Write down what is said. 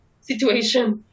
situation